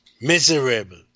miserable